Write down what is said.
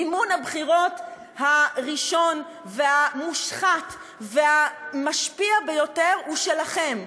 מימון הבחירות הראשון והמושחת והמשפיע ביותר הוא שלכם,